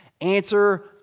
Answer